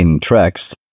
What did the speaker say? tracks